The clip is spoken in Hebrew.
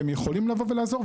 והם יכולים לבוא ולעזור.